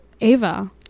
ava